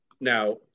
Now